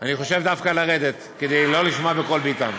אני חושב דווקא לרדת כדי לא לשמוע בקול ביטן.